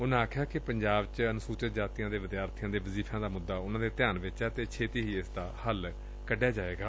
ਉਨਾਂ ਕਿਹਾ ਕਿ ਪੰਜਾਬ ਚ ਅਨੁਸੂਚਿਤ ਜਾਤੀਆਂ ਦੇ ਵਿਦਿਆਰਥੀਆਂ ਦੇ ਵਜ਼ੀਫਿਆ ਦਾ ਮੁੱਦਾ ਉਨੁਾਂ ਦੇ ਧਿਆਨ ਵਿਚ ਏ ਅਤੇ ਛੇਤੀ ਹੀ ਇਸ ਦਾ ਹੱਲ ਕੱਢਿਆ ਜਾਏਗਾ